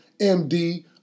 MD